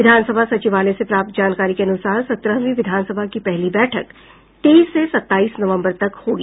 विधानसभा सचिवालय से प्राप्त जानकारी के अनुसार सत्रहवीं विधानसभा की पहली बैठक तेईस से सत्ताईस नवम्बर तक होगी